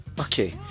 Okay